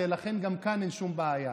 חבר הכנסת סמוטריץ', בבקשה.